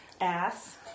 ass